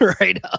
right